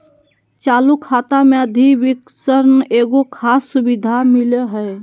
चालू खाता मे अधिविकर्षण एगो खास सुविधा मिलो हय